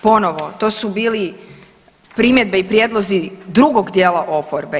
Ponovo to su bili primjedbe i prijedlozi drugog dijela oporbe.